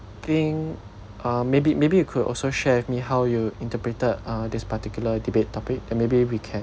think uh maybe maybe you could also share with me how you interpreted uh this particular debate topic then maybe we can